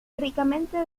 ricamente